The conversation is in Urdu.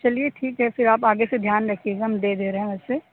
چلیے ٹھیک ہے پھر آپ آگے سے دھیان رکھیے گا ہم دے دے رہے ہیں ویسے